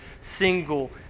single